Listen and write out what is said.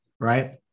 right